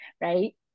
right